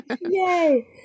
Yay